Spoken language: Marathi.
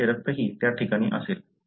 त्याचे रक्तही त्या ठिकाणी असेल